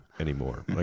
anymore